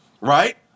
right